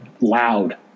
loud